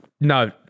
No